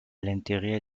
l’intérieur